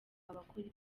abakora